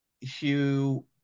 Hugh